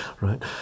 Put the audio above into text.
right